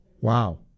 Wow